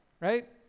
right